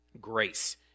grace